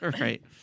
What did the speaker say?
right